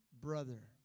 brother